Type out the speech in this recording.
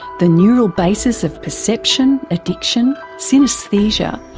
the neural basis of perception, addiction, synaesthesia,